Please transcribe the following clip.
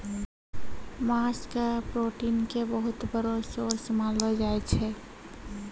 मांस के प्रोटीन के बहुत बड़ो सोर्स मानलो जाय छै